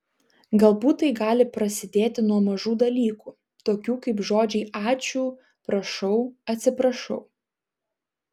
galbūt tai gali prasidėti nuo mažų dalykų tokių kaip žodžiai ačiū prašau atsiprašau